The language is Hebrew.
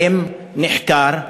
האם נחקר?